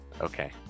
Okay